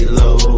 low